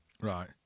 Right